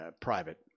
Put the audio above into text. private